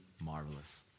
marvelous